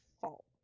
fault